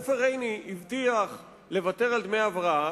עופר עיני הבטיח לוותר על דמי הבראה,